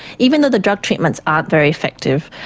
even though the drug treatments aren't very effective,